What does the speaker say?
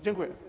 Dziękuję.